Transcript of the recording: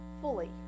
fully